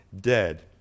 dead